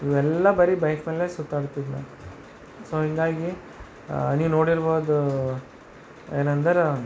ಇವೆಲ್ಲ ಬರೀ ಬೈಕ್ ಮೇಲೆ ಸುತ್ತಾಡ್ತಿದ್ದೆ ಸೊ ಹೀಗಾಗಿ ನೀವು ನೋಡಿರ್ಬೋದು ಏನಂದ್ರೆ